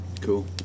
Cool